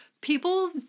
People